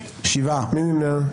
מי נמנע?